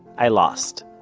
i lost.